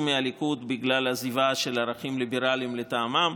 מהליכוד בגלל עזיבה של ערכים ליברליים לטעמם.